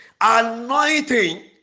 anointing